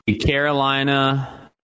Carolina